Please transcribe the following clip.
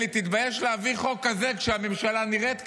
אלי, תתבייש להביא חוק כזה כשהממשלה נראית ככה.